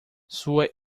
sua